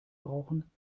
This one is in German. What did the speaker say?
brauchen